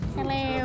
Hello